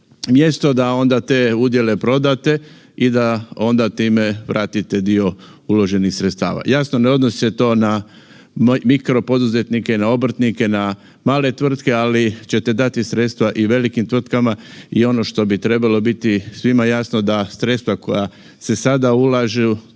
mjesto da onda te udjele prodate i da onda time vratite dio uloženih sredstava. Jasno ne odnosi se to na mikropoduzetnike, na obrtnike, na male tvrtke ali ćete dati sredstva i velikim tvrtkama i ono što bi trebalo biti svima jasno da sredstva koja se sada ulažu